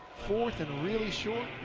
fourth and really short.